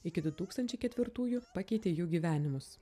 iki du tūkstančiai ketvirtųjų pakeitė jų gyvenimus